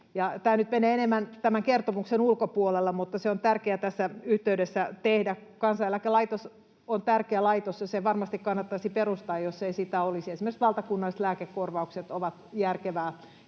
Tämä nyt menee enemmän tämän kertomuksen ulkopuolelle, mutta se on tärkeää tässä yhteydessä tehdä. Kansaneläkelaitos on tärkeä laitos, ja se varmasti kannattaisi perustaa, jos ei sitä olisi — esimerkiksi valtakunnalliset lääkekorvaukset ovat järkevää